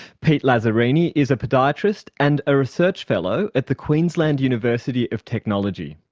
pete lazzarini is a podiatrist and a research fellow at the queensland university of technology.